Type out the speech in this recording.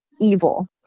evil